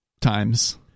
times